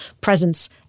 presence